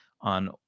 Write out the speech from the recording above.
on